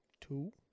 two